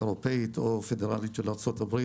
אירופית או פדרלית של ארצות הברית.